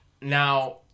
Now